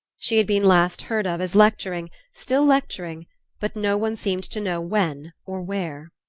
she had been last heard of as lecturing still lecturing but no one seemed to know when or where.